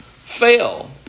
fail